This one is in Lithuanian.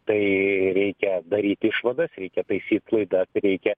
tai reikia daryt išvadas reikia taisyt klaidas ir reikia